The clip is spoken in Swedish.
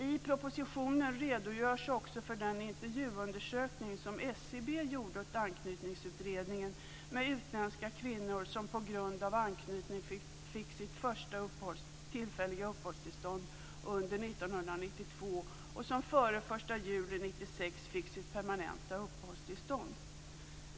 I propositionen redogörs också för den intervjuundersökning som SCB gjort åt Anknytningsutredningen med utländska kvinnor som på grund av anknytning fick sitt första tillfälliga uppehållstillstånd under 1992 och som före den 1 juli 1996 fick sitt permanenta uppehållstillstånd.